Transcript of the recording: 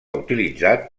utilitzat